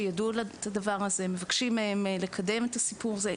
שידעו את הדבר הזה ומבקשים מהם לקדם את הדבר הזה.